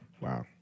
Wow